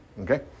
Okay